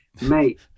mate